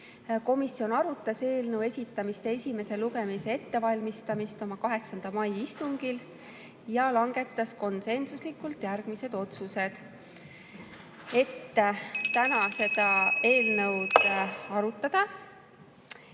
poolt. Komisjon arutas eelnõu esitamist ja esimese lugemise ettevalmistamist oma 8. mai istungil ja langetas konsensuslikult otsused täna seda eelnõu arutada